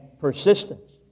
persistence